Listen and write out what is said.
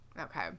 Okay